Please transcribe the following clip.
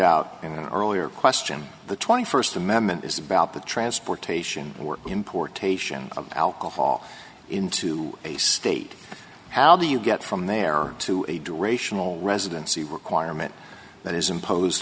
out in an earlier question the twenty first amendment is about the transportation or importation of alcohol into a state how do you get from there to a durational residency requirement that is imposed